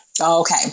Okay